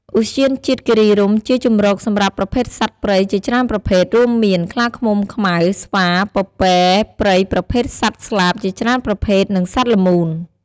ឧទ្យានជាតិគិរីរម្យជាជម្រកសម្រាប់ប្រភេទសត្វព្រៃជាច្រើនប្រភេទ រួមមាន ខ្លាឃ្មុំខ្មៅ ស្វា ពពែព្រៃប្រភេទសត្វស្លាបជាច្រើនប្រភេទ និងសត្វល្មូន។